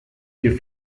you